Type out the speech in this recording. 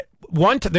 one